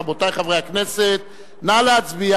רבותי חברי הכנסת, נא להצביע.